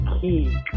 key